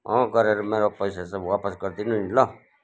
अँ गरेर मेरो पैसा चाहिँ वापस गरिदिनु नि ल